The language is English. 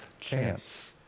chance